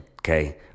Okay